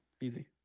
easy